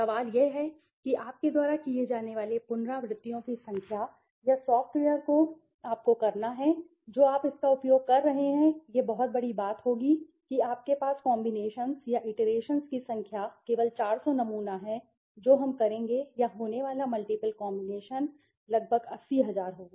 सवाल यह है कि आपके द्वारा किए जाने वाले पुनरावृत्तियों की संख्या या सॉफ़्टवेयर को आपको करना है जो आप इसका उपयोग कर रहे हैं यह बहुत बड़ी बात होगी कि आपके पास कॉम्बिनेशंस या इटीरेशंस की संख्या केवल 400 नमूना है जो हम करेंगे या होने वाला मल्टीपल कॉम्बिनेशन लगभग 80000 होगा